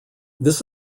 this